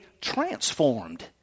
transformed